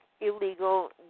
illegal